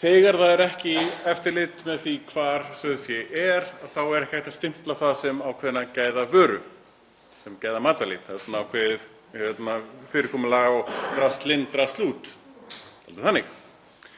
þegar það er ekki eftirlit með því hvar sauðfé er þá er ekki hægt að stimpla það sem ákveðna gæðavöru, sem gæðamatvæli. Það er svona ákveðið fyrirkomulag, drasl inn, drasl út, dálítið þannig.